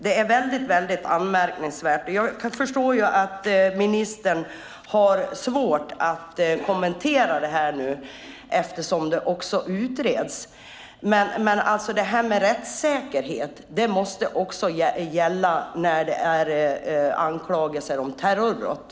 Det är väldigt anmärkningsvärt. Jag förstår att ministern har svårt att kommentera det här nu, eftersom det utreds. Men det här med rättssäkerhet måste också gälla när det är anklagelser om terrorbrott.